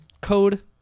code